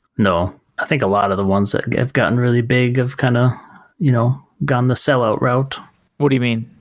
no. i think a lot of the ones that gave gotten really big have kind of you know gone the sellout route what do you mean?